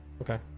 okay